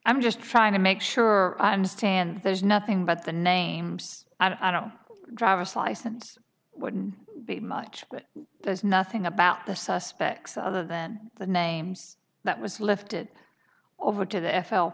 i'm just trying to make sure i understand there's nothing but the names i know driver's license wouldn't be much but there's nothing about the suspects other than the names that was lifted over to the f l